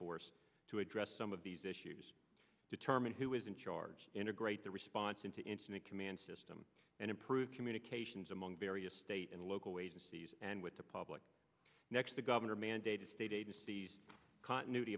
force to a dress some of these issues determine who is in charge integrate the response into incident command system and improve communications among various state and local agencies and with the public next the gov mandated state agencies continuity